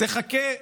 תחכה.